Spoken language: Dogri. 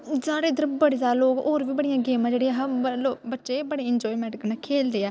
साढ़े इद्धर बड़े सारे लोग होर बी बड़ियां गेमां जेह्ड़ियां अह् बच्चे बड़े इंजाएमैंट कन्नै खेलदे ऐ